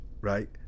right